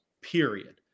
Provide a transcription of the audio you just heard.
period